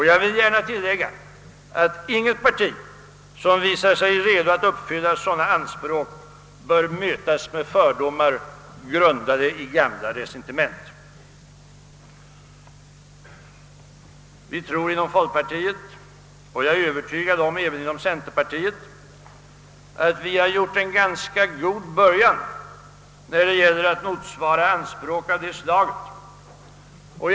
Jag vill gärna tillägga, att inget parti som visar sig redo att uppfylla sådana anspråk bör mötas med fördomar, grundade i gamla ressentiment. Vi tror inom folkpartiet — och jag är övertygad om att man även gör det inom centerpartiet — att vi gjort en ganska bra början för att motsvara anspråk av det slaget.